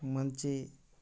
మంచి